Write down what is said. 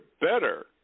better